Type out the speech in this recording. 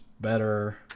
better